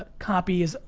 ah copies,